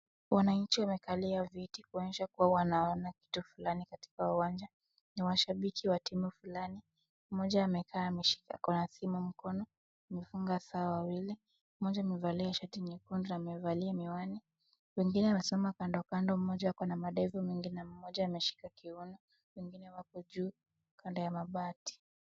Wananchi wamekalia viti kuonyesha kuwa wanaona kitu fulani katika uwanja. Ni washabiki katika timu fulani, mmoja amekaa amesh, ako na simu mkono, wamefunga saa wawili. Mmoja amevalia shati nyekundu na amevaa miwani. Wengine wamesimama kando kando, mmoja ako na mandevu mwingine mmoja ameshika kiuno. Wengine wako juu kando ya mabati.